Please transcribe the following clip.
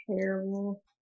terrible